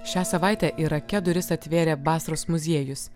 šią savaitę irake duris atvėrė basros muziejus